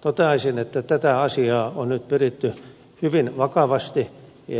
toteaisin että tätä asiaa on nyt pyritty hyvin vakavasti